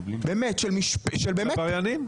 עבריינים.